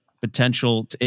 potential